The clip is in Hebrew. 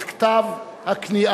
את כתב הכניעה.